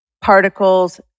particles